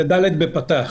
הדיון הוא חשוב.